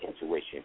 intuition